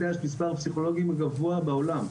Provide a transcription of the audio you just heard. יש את מספר הפסיכולוגיים הגבוה בעולם.